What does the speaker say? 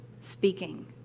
speaking